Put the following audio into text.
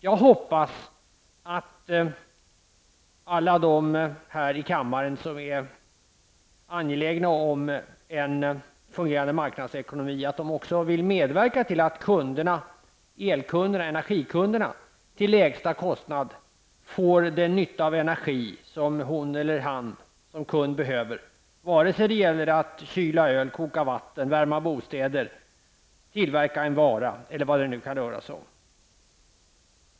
Jag hoppas att alla de här i kammaren som är angelägna om en fungerande marknadsekonomi också vill medverka till att energikunderna till lägsta kostnad får den nytta av energin som hon eller han som kund behöver, vare sig det gäller att kyla öl, koka vatten, värma bostäder, tillverka en vara eller vad det nu kan röra sig om.